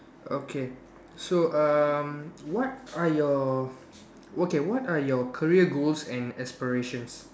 okay so um what are your okay what are your career goals and aspirations